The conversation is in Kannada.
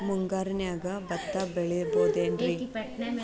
ಮುಂಗಾರಿನ್ಯಾಗ ಭತ್ತ ಬೆಳಿಬೊದೇನ್ರೇ?